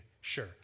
sure